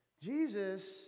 Jesus